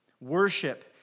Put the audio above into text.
worship